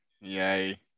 Yay